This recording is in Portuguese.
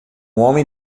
homem